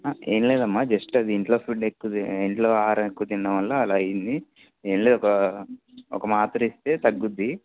ఏం లేదమ్మా జస్ట్ అది ఇంట్లో ఫుడ్ ఎక్కువ ఇంట్లో ఆహారం ఎక్కువ తినడం వల్ల అలా అయింది ఏం లేదు ఒక ఒక మాత్ర ఇస్తే తగ్గుతుంది